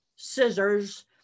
scissors